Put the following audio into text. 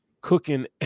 cooking